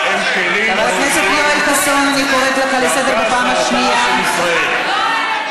והרס בתי משפחות מחבלים, מה זה השקר הזה?